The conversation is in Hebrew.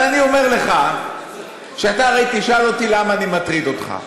אבל אני אומר לך שאתה הרי תשאל אותי למה אני מטריד אותך.